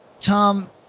Tom